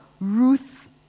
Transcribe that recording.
Ruth